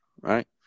right